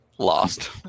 lost